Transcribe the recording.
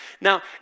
Now